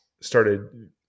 started